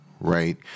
Right